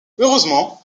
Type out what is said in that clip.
heureusement